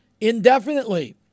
indefinitely